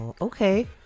okay